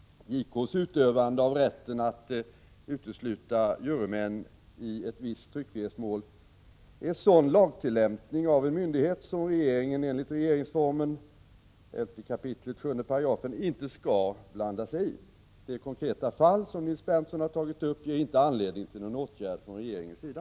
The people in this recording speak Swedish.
JK:s utövande av rätten att utesluta jurymän i ett visst tryckfrihetsmål är sådan lagtillämpning av en myndighet som regeringen enligt regeringsformen inte skall blanda sigi. Det konkreta fall som Nils Berndtson har tagit upp ger inte anledning till någon åtgärd från regeringens sida.